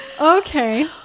Okay